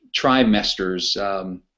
trimesters